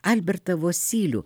albertą vosylių